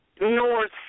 North